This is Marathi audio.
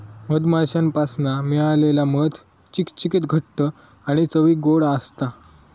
मधमाश्यांपासना मिळालेला मध चिकचिकीत घट्ट आणि चवीक ओड असता